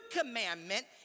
commandment